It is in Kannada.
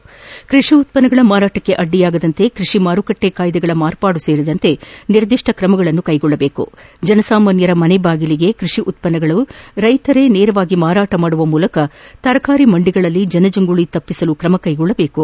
ಕ್ಕಷಿ ಉತ್ಪನ್ನಗಳ ಮಾರಾಟಕ್ಕೆ ಅಡ್ಡಿಯಾಗದಂತೆ ಕೃಷಿ ಮಾರುಕಟ್ಟೆ ಕಾಯ್ದೆಗಳ ಮಾರ್ಪಾಡು ಸೇರಿದಂತೆ ನಿರ್ದಿಷ್ಟ ಕ್ರಮಗಳನ್ನು ಕೈಗೊಳ್ಳಬೇಕು ಜನಸಾಮಾನ್ನರ ಮನೆ ಬಾಗಿಲಲ್ಲಿ ಕೈಷಿ ಉತ್ತನ್ನಗಳನ್ನು ರೈತರೇ ನೇರವಾಗಿ ಮಾರಾಟ ಮಾಡುವ ಮೂಲಕ ತರಕಾರಿ ಮಂಡಿಗಳಲ್ಲಿ ಜನಜಂಗುಳಿ ತಪ್ಪಿಸಲು ಕ್ರಮಕ್ಟೆಗೊಳ್ಳಬೇಕು